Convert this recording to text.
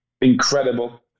incredible